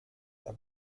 der